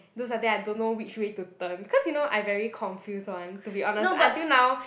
do something I don't know which way to turn cause you know I very confuse [one] to be honest until now